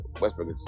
Westbrook